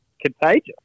contagious